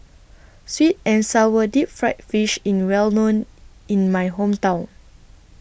Sweet and Sour Deep Fried Fish in Well known in My Hometown